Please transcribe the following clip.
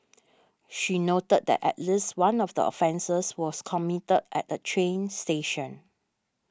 she noted that at least one of the offences was committed at a train station